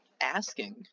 asking